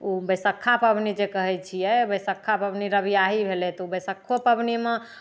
ओ बैसक्खा पाबनि जे कहै छियै बैसक्खा पाबनि रविआही भेलै तऽ ओ बैसक्खो पाबनिमे